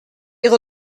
ihre